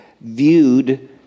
viewed